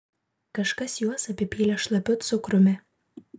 kažkas juos apipylė šlapiu cukrumi